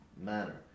manner